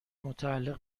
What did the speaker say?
متعلق